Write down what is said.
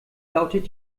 lautet